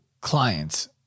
clients